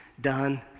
done